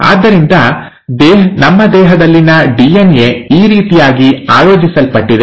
ಆದ್ದರಿಂದ ನಮ್ಮ ದೇಹದಲ್ಲಿನ ಡಿಎನ್ಎ ಈ ರೀತಿಯಾಗಿ ಆಯೋಜಿಸಲ್ಪಟ್ಟಿದೆ